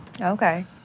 Okay